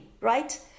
right